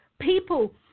people